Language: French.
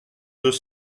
deux